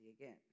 again